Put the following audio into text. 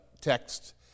text